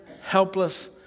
helpless